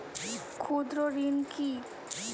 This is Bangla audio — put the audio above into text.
ক্ষুদ্র ঋণ কি?